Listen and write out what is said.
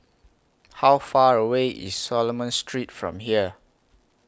How Far away IS Solomon Street from here